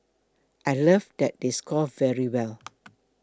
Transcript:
I love that they score very well